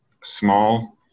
small